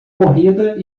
corrida